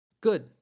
Good